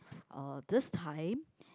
uh this time